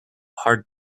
hard